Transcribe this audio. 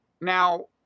Now